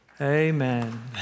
Amen